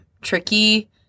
tricky